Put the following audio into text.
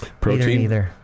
Protein